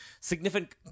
significant